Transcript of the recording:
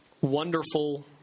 wonderful